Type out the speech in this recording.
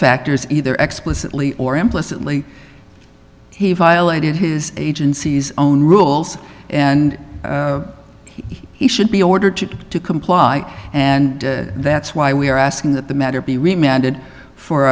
factors either explicitly or implicitly he violated his agency's own rules and he should be ordered to comply and that's why we are asking that the matter be remanded for